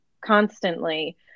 constantly